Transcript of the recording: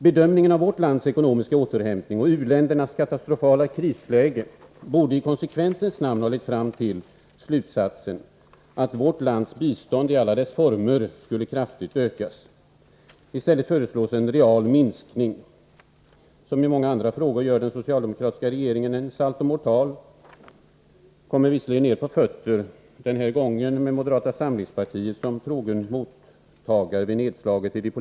Bedömningen av vårt lands ekonomiska återhämtning och u-ländernas katastrofala krisläge borde i konsekvensens namn ha lett fram till slutsatsen att vårt lands bistånd i alla dess former skulle kraftigt ökas. I stället föreslås en real minskning. Som i många andra frågor gör den socialdemokratiska regeringen en saltomortal — kommer visserligen ner på fötterna, den här gången med moderata samlingspartiet som trogen mottagare vid nedslaget.